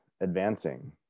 advancing